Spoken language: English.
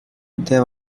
they